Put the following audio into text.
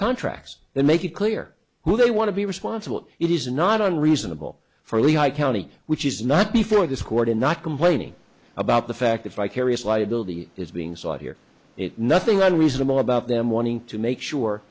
contracts that make it clear who they want to be responsible it is not on reasonable for lehigh county which is not before this court and not complaining about the fact that vicarious liability is being sought here it nothing on reasonable about them wanting to make sure